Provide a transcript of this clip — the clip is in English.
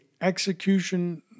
execution